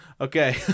Okay